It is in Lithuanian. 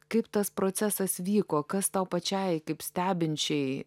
kaip tas procesas vyko kas tau pačiai kaip stebinčiai